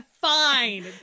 fine